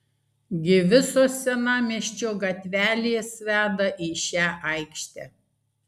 gi visos senamiesčio gatvelės veda į šią aikštę